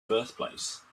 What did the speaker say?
birthplace